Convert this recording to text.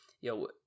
yo